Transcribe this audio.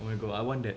oh my god I want that